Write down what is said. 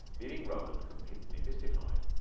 leaving roland completely mystified.